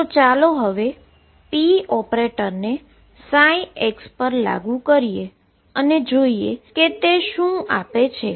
તો ચાલો હવે p ઓપરેટરને ψ પર લાગુ કરીએ અને જોઈએ કે તે શું આપે છે